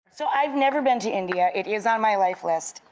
so i've never been to india it is on my life list.